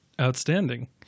Outstanding